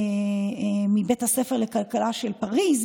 מבית הספר לכלכלה של פריז,